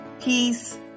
Peace